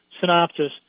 synopsis